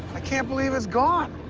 i can't believe it's gone.